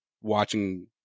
watching